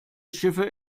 schiffe